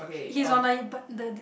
he's on like a bird the the